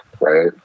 right